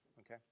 okay